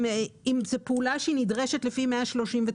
אם זו פעולה שנדרשת לפי סעיף 139,